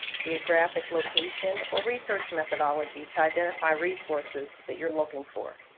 geographic location, or research methodology to identify resources that you're looking for.